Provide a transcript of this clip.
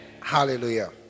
Hallelujah